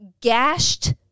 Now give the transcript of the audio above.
gashed